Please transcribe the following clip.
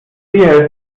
ist